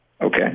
okay